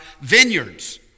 vineyards